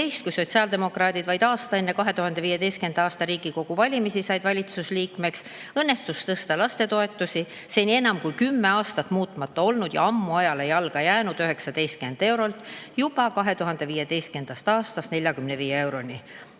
kui sotsiaaldemokraadid vaid aasta enne 2015. aasta Riigikogu valimisi said valitsuse liikmeks, õnnestus tõsta lastetoetusi enam kui 10 aastat muutmata olnud ja ammu ajale jalgu jäänud 19 eurolt juba 2015. aastast 45 euroni.